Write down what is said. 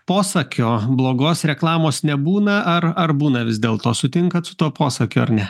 posakio blogos reklamos nebūna ar ar būna vis dėlto sutinkat su tuo posakiu ar ne